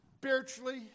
Spiritually